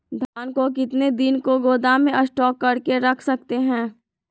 धान को कितने दिन को गोदाम में स्टॉक करके रख सकते हैँ?